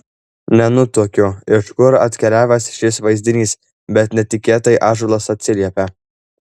nenutuokiu iš kur atkeliavęs šis vaizdinys bet netikėtai ąžuolas atsiliepia